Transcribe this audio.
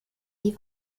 die